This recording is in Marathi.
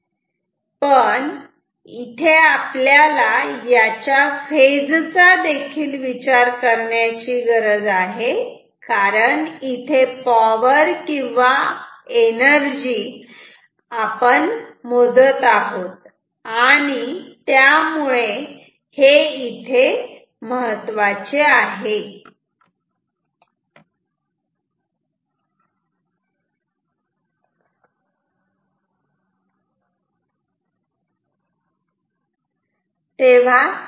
पण इथे आपल्याला याच्या फेज चा देखील विचार करण्याची गरज आहे कारण इथे आपण पॉवर किंवा एनर्जी मोजत आहोत आणि त्यामुळे हे इथे महत्त्वाचे आहे